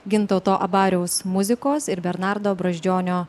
gintauto abariaus muzikos ir bernardo brazdžionio